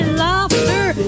laughter